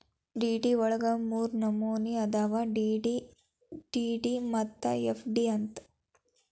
DD ವಳಗ ಮೂರ್ನಮ್ನಿ ಅದಾವು ಡಿ.ಡಿ, ಟಿ.ಡಿ ಮತ್ತ ಎಫ್.ಡಿ ಅಂತ್